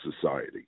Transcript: society